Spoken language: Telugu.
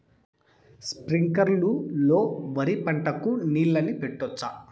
స్ప్రింక్లర్లు లో వరి పంటకు నీళ్ళని పెట్టొచ్చా?